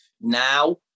now